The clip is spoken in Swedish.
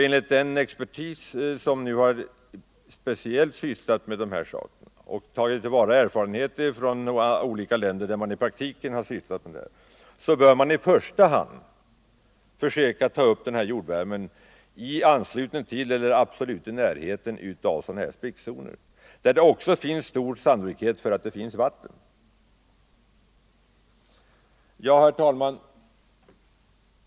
Enligt den expertis som har speciellt sysslat med dessa saker och tagit till vara erfarenheter från olika länder, bör man i första hand försöka ta upp jordvärmen i anslutning till eller i absolut närhet av sådana här sprickzoner. Där är det också stor sannolikhet för att det finns vatten. Herr talman!